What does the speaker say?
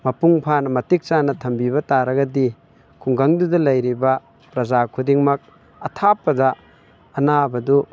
ꯃꯄꯨꯡ ꯐꯥꯅ ꯃꯇꯤꯛ ꯆꯥꯅ ꯊꯝꯕꯤꯕ ꯇꯥꯔꯒꯗꯤ ꯈꯨꯡꯒꯪꯗꯨꯗ ꯂꯩꯔꯤꯕ ꯄ꯭ꯔꯖꯥ ꯈꯨꯗꯤꯡꯃꯛ ꯑꯊꯥꯞꯄꯗ ꯑꯅꯥꯕꯗꯨ